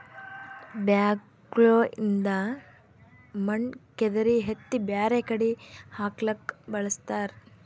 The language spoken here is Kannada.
ಬ್ಯಾಕ್ಹೊ ಲಿಂದ್ ಮಣ್ಣ್ ಕೆದರಿ ಎತ್ತಿ ಬ್ಯಾರೆ ಕಡಿ ಹಾಕ್ಲಕ್ಕ್ ಬಳಸ್ತಾರ